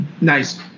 Nice